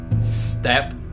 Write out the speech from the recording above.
step